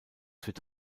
wird